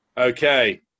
Okay